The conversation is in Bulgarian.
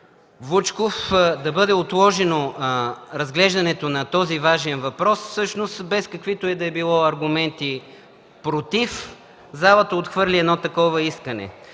поиска да бъде отложено разглеждането на този важен въпрос, всъщност без каквито и да били аргументи „против” залата отхвърли това искане.